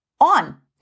on